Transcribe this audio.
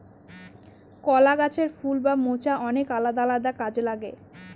কলা গাছের ফুল বা মোচা অনেক আলাদা আলাদা কাজে লাগে